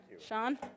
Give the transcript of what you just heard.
Sean